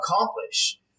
accomplish